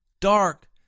dark